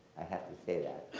i have to say that.